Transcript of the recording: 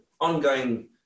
ongoing